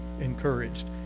encouraged